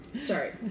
Sorry